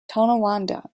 tonawanda